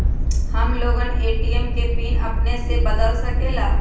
हम लोगन ए.टी.एम के पिन अपने से बदल सकेला?